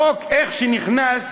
החוק, איך שנכנס